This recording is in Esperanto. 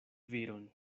viron